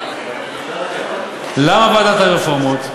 למה ועדת הרפורמות?